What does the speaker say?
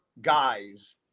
guys